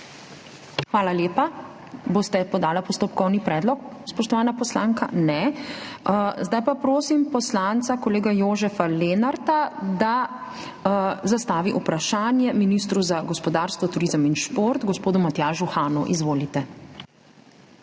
Hvala lepa. Boste podali postopkovni predlog, spoštovana poslanka? Ne. Zdaj pa prosim poslanca kolega Jožefa Lenarta, da zastavi vprašanje ministru za gospodarstvo, turizem in šport, gospodu Matjažu Hanu. Izvolite.